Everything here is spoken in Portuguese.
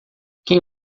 quem